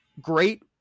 Great